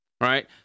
right